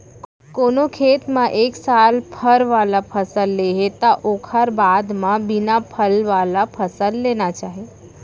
कोनो खेत म एक साल फर वाला फसल ले हे त ओखर बाद म बिना फल वाला फसल लेना चाही